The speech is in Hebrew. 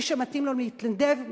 מי שמתאים לו להתנדב,